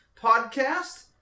podcast